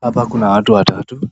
Hapa Kuna watu watatu